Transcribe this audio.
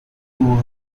too